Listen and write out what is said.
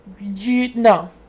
No